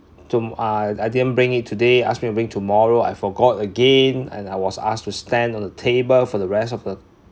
to~ uh I didn't bring it today asked me bring tomorrow I forgot again and I was asked to stand on the table for the rest of the